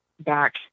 back